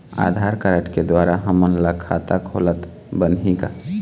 आधार card के द्वारा हमन ला खाता खोलत बनही का?